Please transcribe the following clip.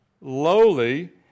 lowly